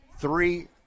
three